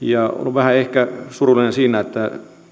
ehkä vähän surullinen siitä että